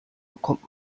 bekommt